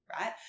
right